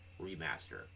remaster